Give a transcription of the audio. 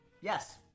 Yes